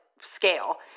scale